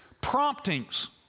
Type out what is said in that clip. promptings